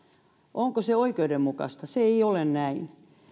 onko se oikeudenmukaista se ei ole näin